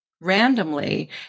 randomly